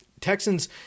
Texans